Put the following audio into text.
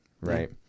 right